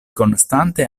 konstante